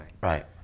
right